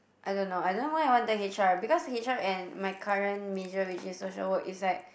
I don't know I don't know why I wanted H_R because H_R and my current major which is social work is like